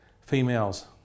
females